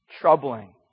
troubling